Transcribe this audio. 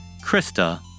Krista